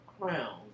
crown